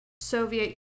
Soviet